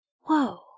Whoa